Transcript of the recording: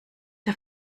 der